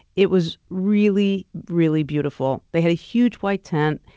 it was really, really beautiful. they had a huge white tent,